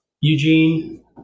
Eugene